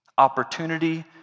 opportunity